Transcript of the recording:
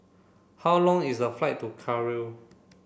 how long is the flight to Cairo